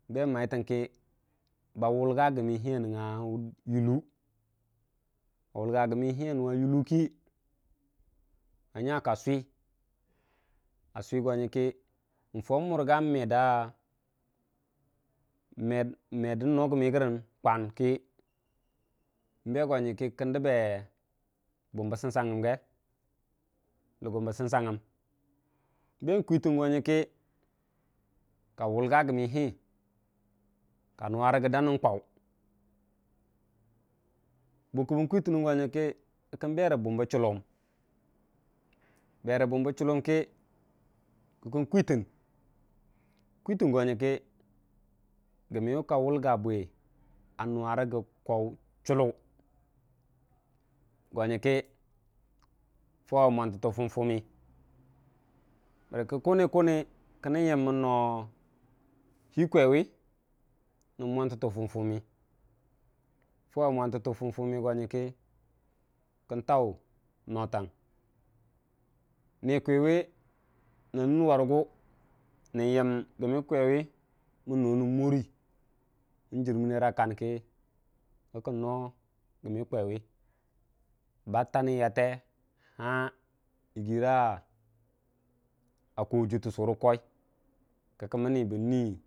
n'beng maitəm kə ba wulga gəmmi hii a nənga yuhu a wulga gəmmi a nənga yuku kə ba nya ka swii, a swii gwar maki fau murga merda, gəmən kwan kə n'be go nyən kə kə kən dəbbe bwim bə sənsangbe kwitən go nyənkə kə ka wulla gəmmihu ka nuwa rəgə da nən kwau bukkə bən kwutən nən kə kənkən kwitən bum bə chuluwum, bən chuu gəmmi ka wulga bwi a ndngnga kwau chullu go nyi kə kən jau we mwandətə fum fummi bərkə kənən yəm kuni kuni mən gəmmi kwaw nən mwan təttə sum fummi kə kən tau noo tang, ni kwi nən niu warəgu n'jərmə nnera kan kə kən nee gəmu hwaiwu ba tanən yalte yiggira a kwuu a jər təssu rə kowi.